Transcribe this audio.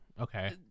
Okay